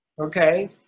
Okay